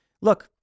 Look